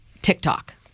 TikTok